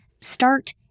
start